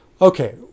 Okay